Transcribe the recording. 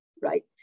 Right